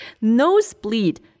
Nosebleed